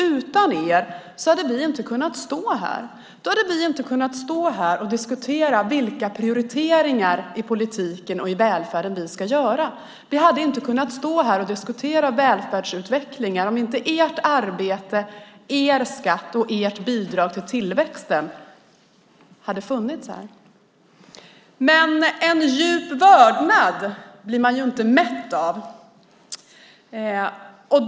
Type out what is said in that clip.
Utan dem har vi inte kunnat stå här och diskutera vilka prioriteringar vi ska göra i politiken och i välfärden. Vi hade inte kunnat stå här och diskutera välfärdsutvecklingen om inte deras arbete, skatt och bidrag till tillväxten hade funnits. Men en djup vördnad blir man inte mätt av.